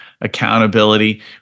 accountability